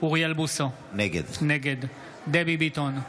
אוריאל בוסו, נגד דבי ביטון,